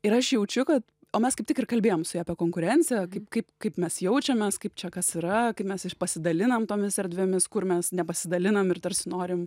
ir aš jaučiu kad o mes kaip tik ir kalbėjom su ja apie konkurenciją kaip kaip kaip mes jaučiamės kaip čia kas yra kai mes pasidalinam tomis erdvėmis kur mes nepasidalinam ir tarsi norim